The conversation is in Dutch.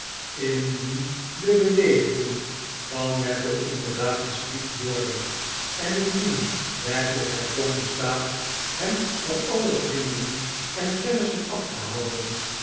indien de bewegingen van neville inderdaad bespied worden en indien werkelijk het plan bestaat hem van alle vrienden en kennissen af te houden